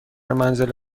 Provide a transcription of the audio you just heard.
منزل